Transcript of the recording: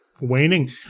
Waning